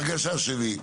הרגשה שלי,